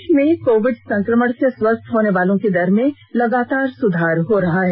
देश में कोविड संक्रमण से स्वस्थ होने वालों की दर में लगातार सुधार हो रहा है